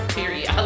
Period